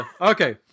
Okay